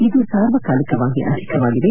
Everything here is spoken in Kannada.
ಇದು ಸಾರ್ವಕಾಲಿಕವಾಗಿ ಅಧಿಕವಾಗಿದೆ